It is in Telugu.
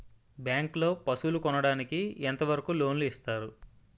బ్యాంక్ లో పశువుల కొనడానికి ఎంత వరకు లోన్ లు ఇస్తారు?